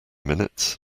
minutes